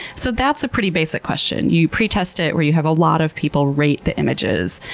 so, that's a pretty basic question. you pretest it, where you have a lot of people rate the images.